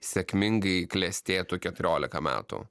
sėkmingai klestėtų keturiolika metų